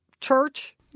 church